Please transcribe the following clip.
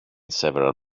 several